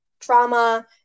trauma